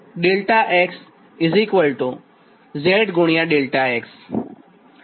આ સમીકરણ 19 છે